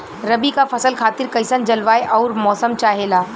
रबी क फसल खातिर कइसन जलवाय अउर मौसम चाहेला?